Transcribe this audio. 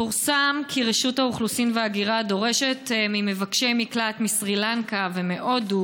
פורסם כי רשות האוכלוסין וההגירה דורשת ממבקשי מקלט מסרילנקה ומהודו